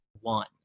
one